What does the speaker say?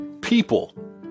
people